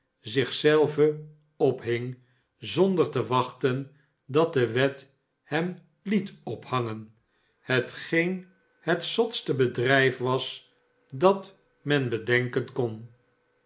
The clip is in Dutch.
zich zelven ophing zonder te wachten lat de wet hem het ophangen hetgeen het zotste bedrijf was dat men bedenken kon